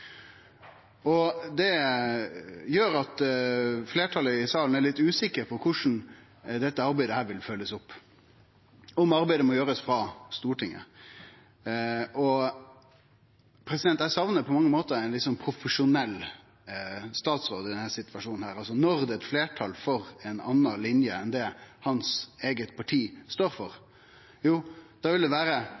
Det gjer at fleirtalet i salen er litt usikker på korleis dette arbeidet vil bli følgt opp, og om arbeidet må bli gjort frå Stortinget. Eg saknar på mange måtar ein litt profesjonell statsråd i denne situasjonen. Når det er eit fleirtal for ei anna linje enn ho som hans eige parti står for, vil det vere